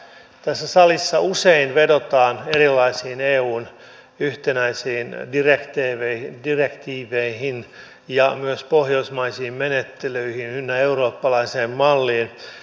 tässä salissa usein vedotaan erilaisiin eun yhtenäisiin direktiiveihin ja myös pohjoismaisiin menettelyihin ynnä eurooppalaiseen malliin